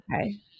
Okay